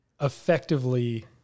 effectively